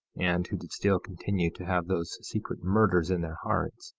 and who did still continue to have those secret murders in their hearts,